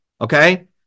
Okay